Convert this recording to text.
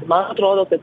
man atrodo kad